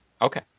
okay